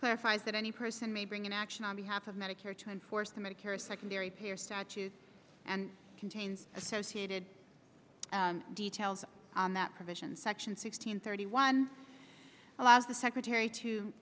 clarifies that any person may bring an action on behalf of medicare to enforce the medicare secondary payer statute and contains associated details on that provision section six hundred thirty one allows the secretary to